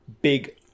big